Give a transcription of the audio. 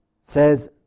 says